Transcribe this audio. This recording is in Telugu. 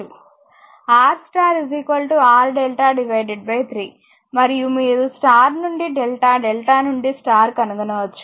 Rస్టార్ R డెల్టా 3 మరియు మీరు స్టార్ నుండి డెల్టా డెల్టా నుండి స్టార్ కనుగొనవచ్చు